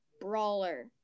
brawler